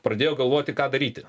pradėjo galvoti ką daryti